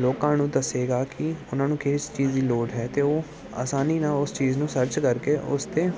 ਲੋਕਾਂ ਨੂੰ ਦੱਸੇਗਾ ਕਿ ਉਹਨਾਂ ਨੂੰ ਕਿਸ ਚੀਜ਼ ਦੀ ਲੋੜ ਹੈ ਅਤੇ ਉਹ ਆਸਾਨੀ ਨਾ ਉਸ ਚੀਜ਼ ਨੂੰ ਸਰਚ ਕਰਕੇ ਉਸ 'ਤੇ